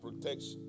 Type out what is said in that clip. protection